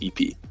EP